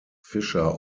fisher